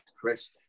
Chris